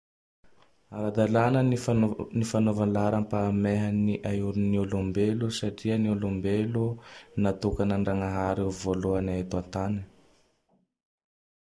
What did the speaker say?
Ara-dalana ny fanova ny fanaova laharampahamehe ny ain'olombelo satria ny olombelo natokanan-Jagnahary ho voalohany eto an-tany.